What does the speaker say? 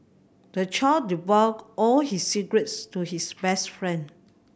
the child divulged all his secrets to his best friend